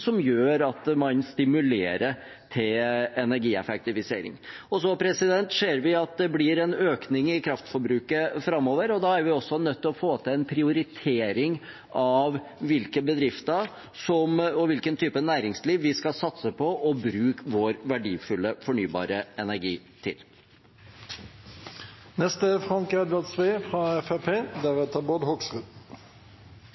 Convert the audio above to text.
som gjør at man stimulerer til energieffektivisering. Så ser vi at det blir en økning i kraftforbruket framover, og da er vi også nødt til å få til en prioritering av hvilke bedrifter og hvilken type næringsliv vi skal satse på og bruke vår verdifulle fornybare energi